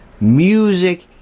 music